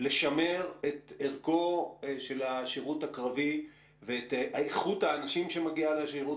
לשמר את ערכו של השירות הקרבי ואת איכות האנשים שמגיעים לשירות